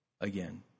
again